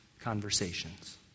conversations